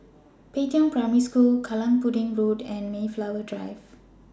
Pei Tong Primary School Kallang Pudding Road and Mayflower Drive